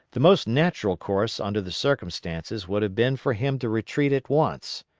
the most natural course under the circumstances would have been for him to retreat at once,